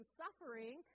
suffering